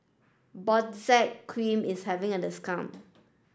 Benzac Cream is having a discount